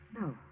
No